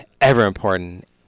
ever-important